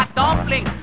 dumpling